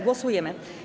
Głosujemy.